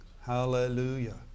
Hallelujah